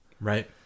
right